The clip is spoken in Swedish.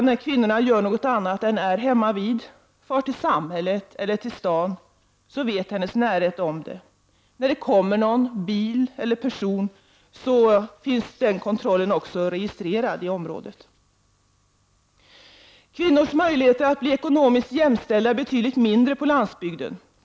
När kvinnorna gör något annat än att vara hemmavid, far till samhället eller till staden, vet deras närhet om det. När det kommer någon bil eller person finns kontrollen och det registreras i området. Kvinnors möjligheter att bli ekonomiskt jämställda är betydligt mindre på landsbygden.